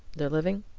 they're living?